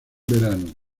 verano